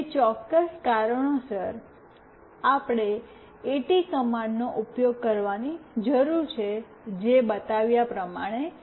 તે ચોક્કસ કારણોસર આપણે એટી કમાન્ડનો ઉપયોગ કરવાની જરૂર છે જે બતાવ્યા પ્રમાણે છે